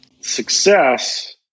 Success